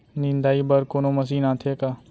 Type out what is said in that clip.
निंदाई बर कोनो मशीन आथे का?